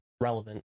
relevant